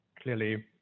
clearly